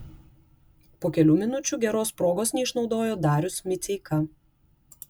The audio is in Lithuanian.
po kelių minučių geros progos neišnaudojo darius miceika